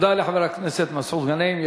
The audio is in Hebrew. תודה לחבר הכנסת מסעוד גנאים.